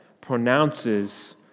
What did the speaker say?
pronounces